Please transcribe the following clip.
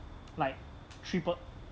three people